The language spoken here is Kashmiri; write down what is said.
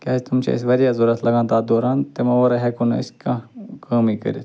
کیٛاز تِم چھِ اسہِ واریاہ ضروٗرت لَگان تتھ دوران تِمو وَرٲے ہیٚکو نہٕ أسۍ کانٛہہ اۭں کٲمٕے کٔرِتھ